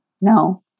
No